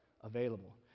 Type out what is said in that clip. available